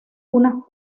unas